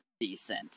decent